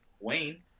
Wayne